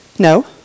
no